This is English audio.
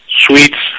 sweets